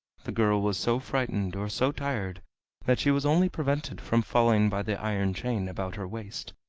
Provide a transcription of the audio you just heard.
the girl was so frightened or so tired that she was only prevented from falling by the iron chain about her waist,